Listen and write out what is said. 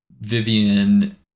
Vivian